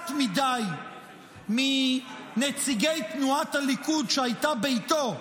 מעט מדי מנציגי תנועת הליכוד, שהייתה ביתו,